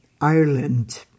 Ireland